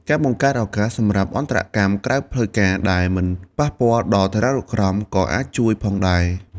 ការបង្កើតឱកាសសម្រាប់អន្តរកម្មក្រៅផ្លូវការដែលមិនប៉ះពាល់ដល់ឋានានុក្រមក៏អាចជួយផងដែរ។